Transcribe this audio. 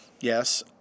yes